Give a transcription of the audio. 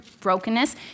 brokenness